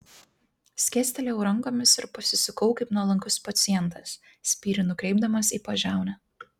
skėstelėjau rankomis ir pasisukau kaip nuolankus pacientas spyrį nukreipdamas į pažiaunę